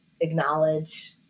acknowledge